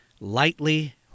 Lightly